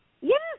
Yes